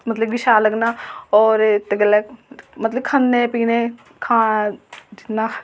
मतलब कि शैल लगदा और जेल्लै मतलब खन्ने पीन्ने खाने दा जि'यां